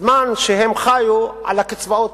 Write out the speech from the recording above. בזמן שהם חיו לפני כן על הקצבאות.